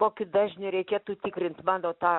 kokiu dažniu reikėtų tikrint mano tą